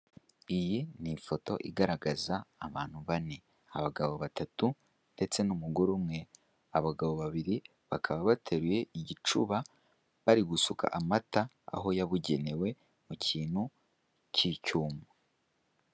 Iyi ni ifoto igaragaza abantu bane; abagabo batatu ndetse n'umugore umwe. Abagabo babiri bakaba bateruye igicuba, bari gusuka amata aho yabugenewe mu kintu cy'icyuma.